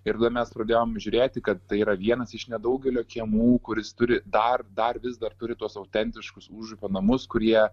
ir tada mes pradėjom žiūrėti kad tai yra vienas iš nedaugelio kiemų kuris turi dar dar vis dar turi tuos autentiškus užupio namus kurie